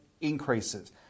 increases